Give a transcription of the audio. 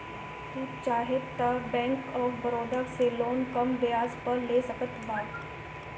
तू चाहअ तअ बैंक ऑफ़ बड़ोदा से लोन कम बियाज पअ ले सकत बाटअ